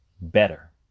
better